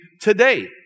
today